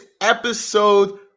episode